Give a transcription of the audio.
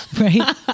Right